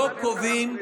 לא קובעים,